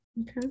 okay